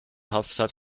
hauptstadt